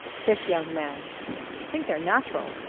fifth young man think they're natural.